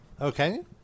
okay